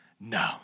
no